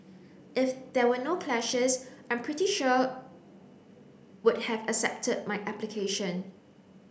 if there were no clashes I'm pretty sure would have accepted my application